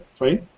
fine